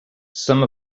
some